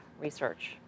Research